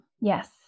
Yes